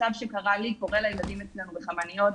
המצב שקרה לי קורה לילדים אצלנו בחמניות.